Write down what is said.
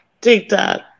TikTok